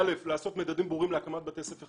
א, לעשות מדדים ברורים להקמת בתי ספר חדשים.